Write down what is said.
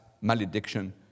malediction